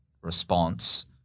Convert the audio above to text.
response